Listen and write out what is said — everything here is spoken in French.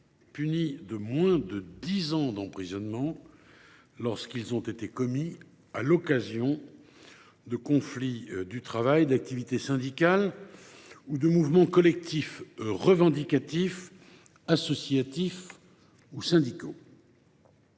punis de moins de dix ans d’emprisonnement, lorsqu’ils ont été commis à l’occasion de conflits du travail, d’activités syndicales ou de mouvements collectifs revendicatifs, associatifs ou syndicaux.